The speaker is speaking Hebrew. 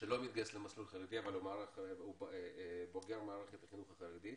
שלא מתגייס למסלול חרדי אבל הוא בוגר מערכת החינוך החרדי.